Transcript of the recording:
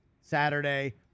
Saturday